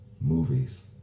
movies